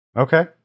Okay